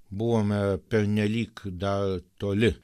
buvome pernelyg dar toli